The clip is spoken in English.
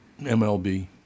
MLB